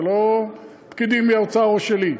זה לא פקידים של האוצר או שלי.